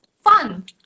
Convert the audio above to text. fun